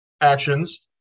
actions